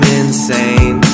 insane